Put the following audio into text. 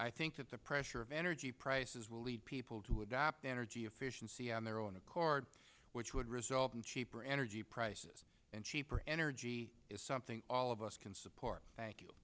i think that the pressure of energy prices will lead people to adopt energy efficiency on their own accord which would result in cheaper energy prices and cheaper energy is something all of us can support thank you